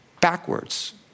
backwards